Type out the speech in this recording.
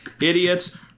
Idiots